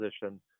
position